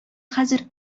хәзер